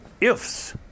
ifs